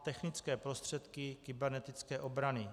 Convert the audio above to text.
Technické prostředky kybernetické obrany.